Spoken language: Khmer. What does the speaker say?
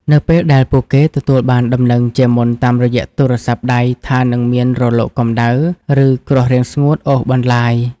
នៅពេលដែលពួកគេទទួលបានដំណឹងជាមុនតាមរយៈទូរស័ព្ទដៃថានឹងមានរលកកម្ដៅ ឬគ្រោះរាំងស្ងួតអូសបន្លាយ។